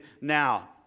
now